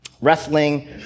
wrestling